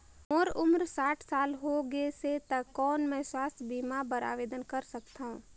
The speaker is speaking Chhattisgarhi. मोर उम्र साठ साल हो गे से त कौन मैं स्वास्थ बीमा बर आवेदन कर सकथव?